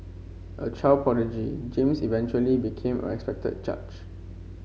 a child prodigy James eventually became a respected judge